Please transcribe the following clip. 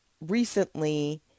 recently